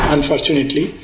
Unfortunately